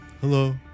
Hello